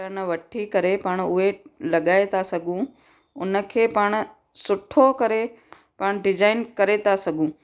button वठी करे पाण उहे लॻाए था सघूं उन खे पाण सुठो करे पाण डिजाइन करे था सघूं